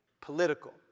political